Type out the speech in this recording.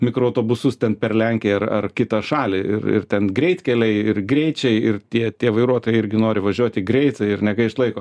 mikroautobusus ten per lenkiją ar ar kitą šalį ir ir ten greitkeliai ir greičiai ir tie tie vairuotojai irgi nori važiuoti greitai ir negaišt laiko